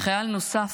וחייל נוסף,